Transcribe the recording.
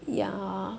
ya